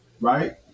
right